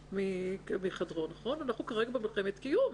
אנחנו כרגע במלחמת קיום.